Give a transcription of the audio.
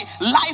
life